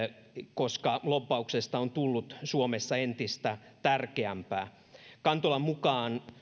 koska lobbauksesta on tullut suomessa entistä tärkeämpää kantolan mukaan